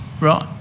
right